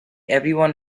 everyone